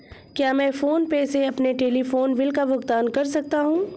क्या मैं PhonePe से अपने टेलीफोन बिल का भुगतान कर सकता हूँ?